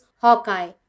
Hawkeye